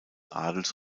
adels